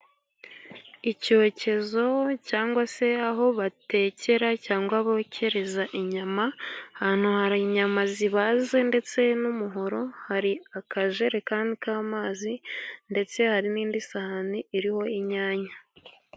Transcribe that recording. Icyokezo cyangwa se aho batekera, cyangwa bokerereza inyama, ahantu hari inyama zibaze, ndetse n'umuhoro, hari akajerekani k'amazi, ndetse hari n'indi sahani iriho inyanya.